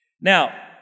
Now